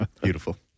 Beautiful